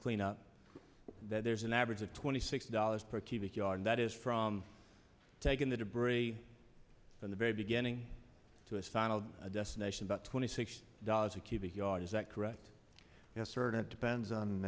cleanup that there's an average of twenty six dollars per cubic yard that is from taking the debris from the very beginning to its final destination about twenty six dollars a cubic yard is that correct yes sir and it depends on